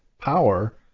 power